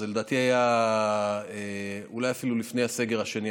לדעתי זה היה אולי אפילו לפני הסגר השני,